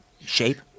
shape